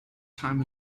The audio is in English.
time